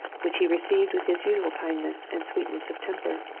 which he received with his usual kindness and sweetness of temper.